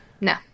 no